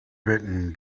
bitten